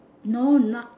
no not